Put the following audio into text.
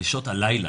בשעות הלילה,